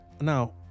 Now